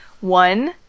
One